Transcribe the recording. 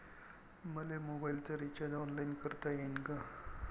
मले मोबाईलच recharge online करता येईन का?